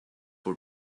for